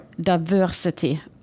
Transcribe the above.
diversity